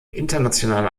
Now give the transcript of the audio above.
internationale